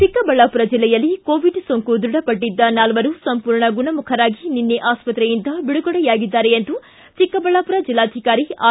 ಚಿಕ್ಕಬಳ್ಳಾಪುರ ಜಿಲ್ಲೆಯಲ್ಲಿ ಕೋವಿಡ್ ಸೋಂಕು ದೃಢಪಟ್ಟಿದ್ದ ನಾಲ್ವರು ಸಂಪೂರ್ಣ ಗುಣಮುಖರಾಗಿ ನಿನ್ನೆ ಆಸ್ವತ್ರೆಯಿಂದ ಬಿಡುಗಡೆಯಾಗಿದ್ದಾರೆ ಎಂದು ಚಿಕ್ಕಬಳ್ಳಾಪುರ ಜಿಲ್ಲಾಧಿಕಾರಿ ಆರ್